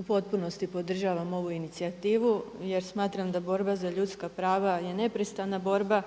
U potpunosti podržavam ovu inicijativu jer smatram da borba za ljudska prava je neprestana borba